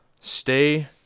Stay